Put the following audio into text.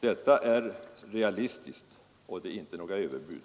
Detta är realistiskt, och motsatsen till överbud.